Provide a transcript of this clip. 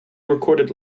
recorded